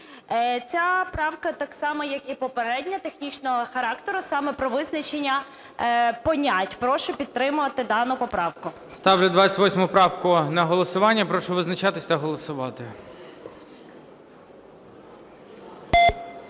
Ця правка так само, як і попередня, технічного характеру, саме про визначення понять. Прошу підтримати дану поправку. ГОЛОВУЮЧИЙ. Ставлю 28 правку на голосування. Прошу визначатися та голосувати.